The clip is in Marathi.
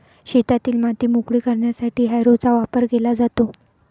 शेतातील माती मोकळी करण्यासाठी हॅरोचा वापर केला जातो